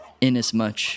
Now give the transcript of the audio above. inasmuch